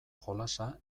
jolasa